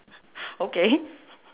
okay